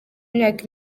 imyaka